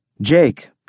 Jake